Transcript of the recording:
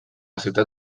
ciutat